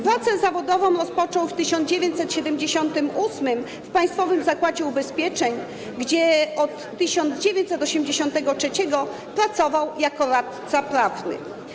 Pracę zawodową rozpoczął w 1978 r. w Państwowym Zakładzie Ubezpieczeń, gdzie od 1983 r. pracował jako radca prawny.